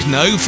no